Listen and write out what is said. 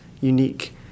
unique